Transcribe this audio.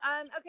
okay